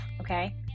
okay